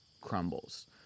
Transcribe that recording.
crumbles